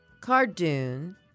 Cardoon